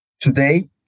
today